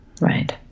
right